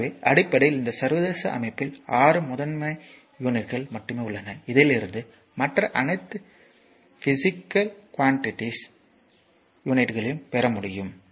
எனவே அடிப்படையில் இந்த சர்வதேச அமைப்பில் 6 முதன்மை யூனிட்கள் மட்டுமே உள்ளன இதிலிருந்து மற்ற அனைத்து பிஸிக்கல் குவான்ட்டிஸ்களின் யூனிட்களையும் பெற முடியும்